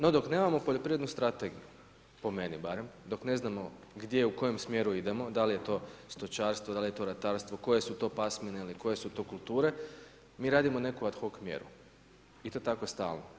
No dok nemamo poljoprivrednu strategiju po meni barem, dok ne znamo gdje u kojem smjeru idemo, da li je to stočarstvo, da li je to ratarstvo koje su to pasmine ili koje su to kulture, mi radimo neku ad hoc mjeru i to tako stalno.